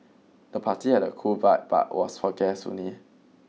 the party had a cool vibe but was for guests only